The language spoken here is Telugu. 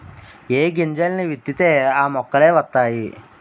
ఏ గింజల్ని విత్తితే ఆ మొక్కలే వతైయి